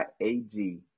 A-G